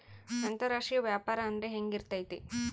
ಅಂತರಾಷ್ಟ್ರೇಯ ವ್ಯಾಪಾರ ಅಂದ್ರೆ ಹೆಂಗಿರ್ತೈತಿ?